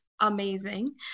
amazing